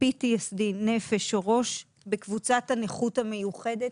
PTSD נפש או ראש בקבוצת הנכות המיוחדת,